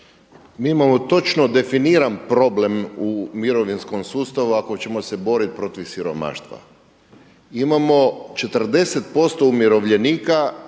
mi imamo točno definiran problem u mirovinskom sustavu ako ćemo se boriti protiv siromaštva. Imamo 40% umirovljenika